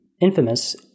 infamous